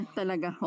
talaga